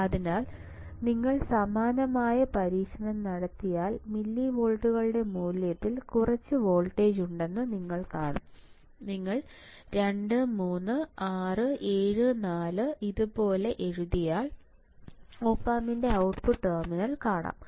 അതിനാൽ നിങ്ങൾ സമാനമായ പരീക്ഷണം നടത്തിയാൽ മില്ലിവോൾട്ടുകളുടെ മൂല്യത്തിൽ കുറച്ച് വോൾട്ടേജ് ഉണ്ടെന്ന് നിങ്ങൾ കാണും നിങ്ങൾ 2 3 6 7 4 ഇതുപോലെ എഴുതിയാൽ ഒപ് ആമ്പിന്റെ ഔട്ട്പുട്ട് ടെർമിനൽ കാണാം